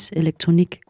elektronik